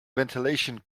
ventilation